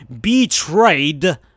betrayed